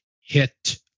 hit